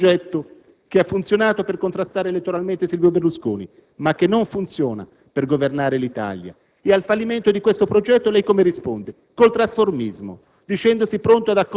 È un progetto che ha funzionato per contrastare elettoralmente Silvio Berlusconi, ma che non funziona per governare l'Italia. E al fallimento di questo progetto, lei come risponde? Col trasformismo,